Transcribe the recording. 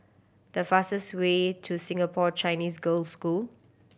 the fastest way to Singapore Chinese Girls' School